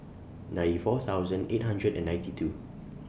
ninety four thousand eight hundred and ninety two